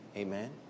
Amen